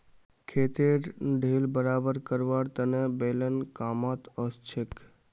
खेतेर ढेल बराबर करवार तने बेलन कामत ओसछेक